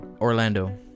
orlando